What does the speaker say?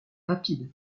rapides